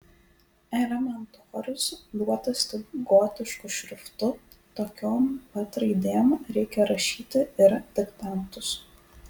elementorius duotas tik gotišku šriftu tokiom pat raidėm reikia rašyti ir diktantus